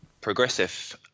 Progressive